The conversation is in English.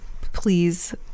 please